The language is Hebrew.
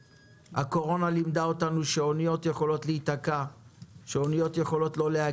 הקורונה לימדה אותנו שאניות יכולות להיתקע או לא להגיע.